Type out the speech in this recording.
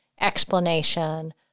explanation